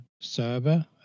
server